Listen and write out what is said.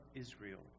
Israel